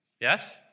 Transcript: Yes